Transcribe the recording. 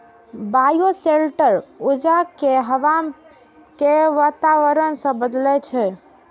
bioshelter ऊर्जा कें हवा के वातावरण सं बदलै छै